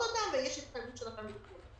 אותם ויש התחייבות שלכם לקלוט אותם.